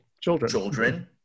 children